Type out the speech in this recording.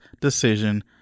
decision